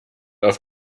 auf